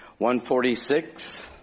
146